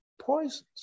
poisons